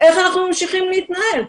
איך אנחנו ממשיכים להתנהל?